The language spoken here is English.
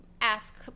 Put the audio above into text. ask